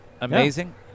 amazing